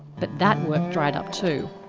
but that work dried up too.